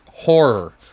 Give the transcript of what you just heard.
Horror